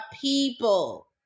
people